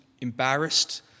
embarrassed